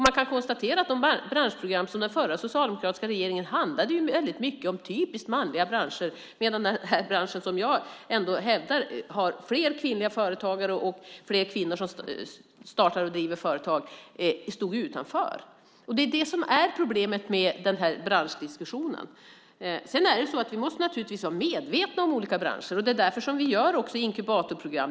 Man kan konstatera att de branschprogram som den förra socialdemokratiska regeringen hade handlade väldigt mycket om typiskt manliga branscher, medan den bransch som jag ändå hävdar har fler kvinnliga företagare och fler kvinnor som startar och driver företag stod utanför. Det är det som är problemet med den här branschdiskussionen. Vi måste naturligtvis vara medvetna om olika branscher. Det är därför som vi gör inkubatorprogram.